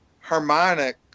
harmonic